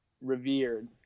Revered